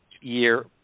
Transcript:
year